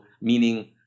meaning